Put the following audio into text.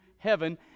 heaven